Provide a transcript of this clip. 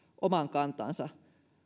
oman kantansa